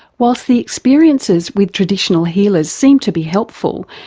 whilst the experiences with traditional healers seemed to be helpful,